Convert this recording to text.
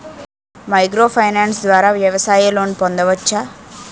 Micro finance ద్వారా వ్యవసాయ loan పొందవచ్చా?